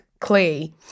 clay